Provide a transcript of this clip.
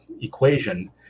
equation